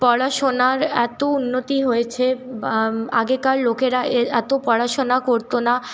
পড়াশোনার এতো উন্নতি হয়েছে আগেকার লোকেরা এতো পড়াশোনা করতো না